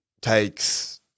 takes